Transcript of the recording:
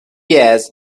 has